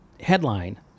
headline